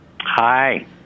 Hi